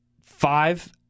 Five